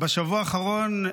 בשבוע האחרון,